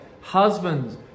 Husbands